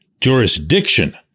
jurisdiction